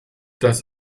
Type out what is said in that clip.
das